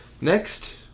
Next